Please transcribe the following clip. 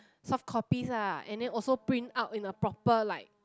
soft copy lah and then also print out in a proper like